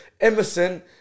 Emerson